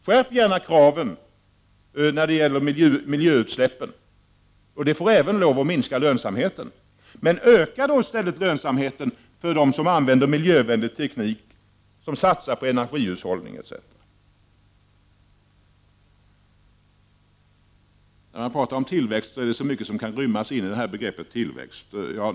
Skärp gärna kraven när det gäller miljöutsläppen — det får även lov att minska lönsamheten — men öka då i stället lönsamheten för dem som använder miljövänlig teknik, som satsar på energihushållning etc.! I begreppet tillväxt kan rymmas mycket.